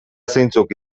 zeintzuk